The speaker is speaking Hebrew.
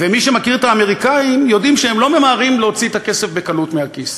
ומי שמכיר את האמריקנים יודע שהם לא ממהרים להוציא את הכסף בקלות מהכיס,